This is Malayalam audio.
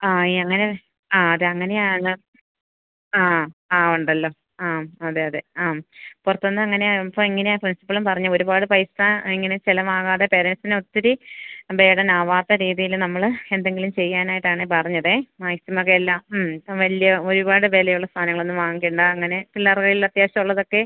ആയി അങ്ങനെ ആ അതെ അങ്ങനെയാണ് ആ ആ ഉണ്ടല്ലോ ആം അതെ അതെ ആം പുറത്ത് നിന്നങ്ങനെ ഇപ്പോള് എങ്ങനെയാണ് പ്രിന്സിപ്പളും പറഞ്ഞു ഒരുപാട് പൈസ ഇങ്ങനെ ചെലവാകാതെ പേരൻസിന് ഒത്തിരി ബേഡന് ആകാത്ത രീതിയില് നമ്മള് എന്തെങ്കിലും ചെയ്യാനായിട്ടാണ് പറഞ്ഞത് മാക്സിമം എല്ലാം മ് വലിയ ഒരുപാട് വിലയുള്ള സാധനങ്ങളൊന്നും വാങ്ങിക്കേണ്ട അങ്ങനെ പിള്ളാരുടെ കൈയില് അത്യാവശ്യമുള്ളതൊക്കെ